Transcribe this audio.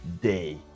day